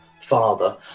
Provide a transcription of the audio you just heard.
Father